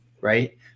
right